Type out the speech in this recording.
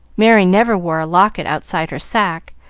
merry never wore a locket outside her sack,